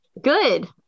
Good